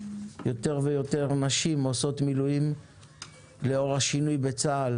יותר ויותר נשים עושות מילואים לאור השינוי בצה"ל